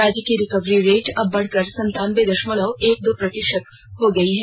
राज्य का recovery rate अब बढ़कर संतानबे दशमलव एक दो प्रतिशत हो गयी है